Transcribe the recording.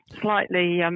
slightly